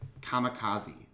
Kamikaze